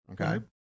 okay